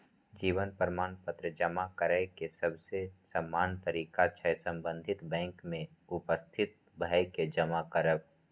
जीवन प्रमाण पत्र जमा करै के सबसे सामान्य तरीका छै संबंधित बैंक में उपस्थित भए के जमा करब